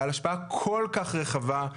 בעל השפעה כל כך רחבה,